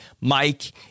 Mike